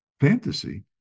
fantasy